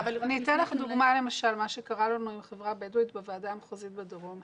אני אתן לך דוגמה את מה שקרה לנו בחברה הבדואית בוועדה המחוזית בדרום.